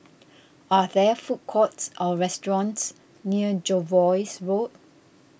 are there food courts or restaurants near Jervois Road